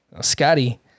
Scotty